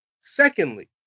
Secondly